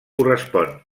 correspon